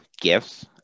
gifts